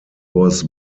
was